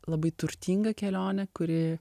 labai turtingą kelionę kuri